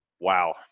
wow